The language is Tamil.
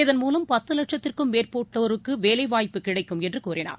இதன்மூலம் பத்து லட்சத்திற்கும் மேற்பட்டோருக்கு வேலைவாய்ப்பு கிடைக்கும் என்று கூறினார்